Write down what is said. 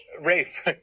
Rafe